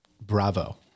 Bravo